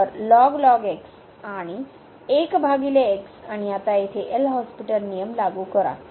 तर आणि 1 x आणि आता येथे एल हॉस्पिटल नियम लागू करा